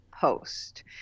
post